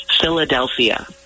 Philadelphia